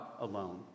alone